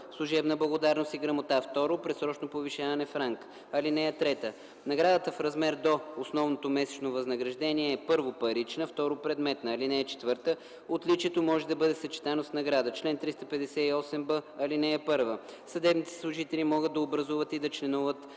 служебна благодарност и грамота; 2. предсрочно повишаване в ранг. (3) Наградата в размер до основното месечно възнаграждение е: 1. парична; 2. предметна. (4) Отличието може да бъде съчетано с награда. Чл. 358б. (1) Съдебните служители могат да образуват и да членуват